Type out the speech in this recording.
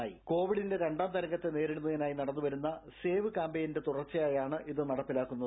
ക്കോപിഡിന്റെ രണ്ടാം തരംഗത്തെ നേരിടുന്നതിനായി നട്ടുന്നു വരുന്ന സേവ് കാമ്പയിനിന്റെ തുടർച്ചയായാണ് ഇത് നടപ്പിലാക്കുന്നത്